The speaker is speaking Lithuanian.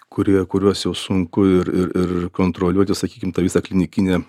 kurie kuriuos jau sunku ir ir ir kontroliuoti sakykim tą visa klinikinę